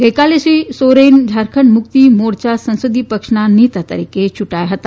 ગઇકાલે શ્રી સોરેન ઝારખંડ મુકિત મોરચા સંસદિય પક્ષના નેતા તરીકે યુંટાયા હતા